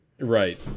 Right